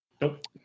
Nope